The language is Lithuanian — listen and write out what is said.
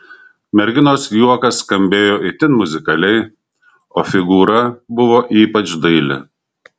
merginos juokas skambėjo itin muzikaliai o figūra buvo ypač daili